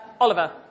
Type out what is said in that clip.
Oliver